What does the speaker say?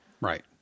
Right